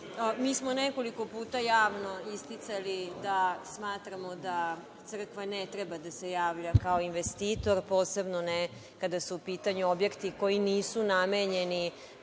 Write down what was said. Mi smo nekoliko puta javno isticali da smatramo da crkva ne treba da se javlja kao investitor, posebno ne kada su u pitanju objekti koji nisu namenjeni